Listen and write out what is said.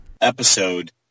episode